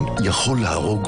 (הקרנת סרטון).